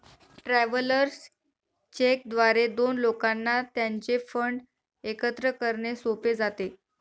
travellers cheque द्वारे दोन लोकांना त्यांचे फंड एकत्र करणे सोपे जाते